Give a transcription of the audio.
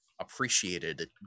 appreciated